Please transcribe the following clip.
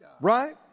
Right